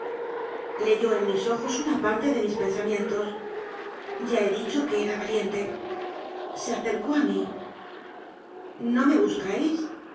leyó en mis ojos una parte de mis pensamientos ya he dicho que era valiente se acercó a mí no me buscáis